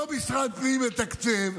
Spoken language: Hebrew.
אותו משרד פנים מתקצב.